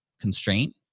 constraint